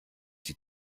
die